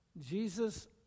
Jesus